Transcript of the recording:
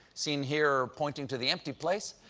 seen here pointing to the empty place